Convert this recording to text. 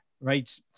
right